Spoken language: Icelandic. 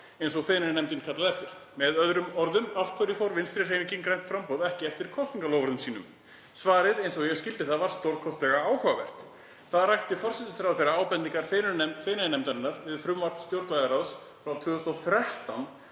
eins og Feneyjanefndin kallaði eftir. Með öðrum orðum: Af hverju fór Vinstrihreyfingin – grænt framboð ekki eftir kosningaloforðum sínum? Svarið, eins og ég skildi það, var stórkostlega áhugavert. Þar rakti forsætisráðherra að ábendingar Feneyjanefndarinnar við frumvarp stjórnlagaráðs frá 2013